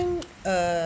err